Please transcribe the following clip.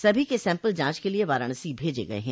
सभी के सैम्पल जांच के लिए वाराणसी भेजे गये हैं